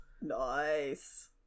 Nice